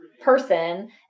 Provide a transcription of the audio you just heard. person